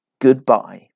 goodbye